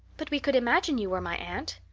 but we could imagine you were my aunt.